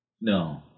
no